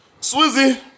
Swizzy